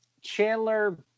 Chandler